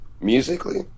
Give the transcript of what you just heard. Musically